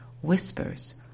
whispers